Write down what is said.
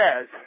says